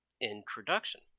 introduction